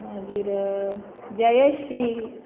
मागीर जयश्री